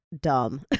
dumb